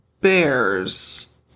bears